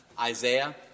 Isaiah